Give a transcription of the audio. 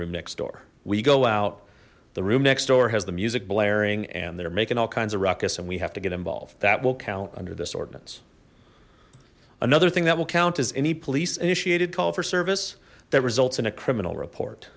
room next door we go out the room next door has the music blaring and they're making all kinds of ruckus and we have to get involved that will count under this ordinance another thing that will count is any police initiated call for service that results in a criminal report